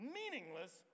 meaningless